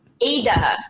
ada